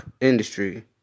industry